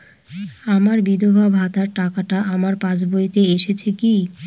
আমার বিধবা ভাতার টাকাটা আমার পাসবইতে এসেছে কি?